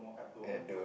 at the